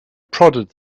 prodded